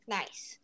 nice